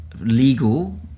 legal